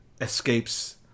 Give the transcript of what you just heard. escapes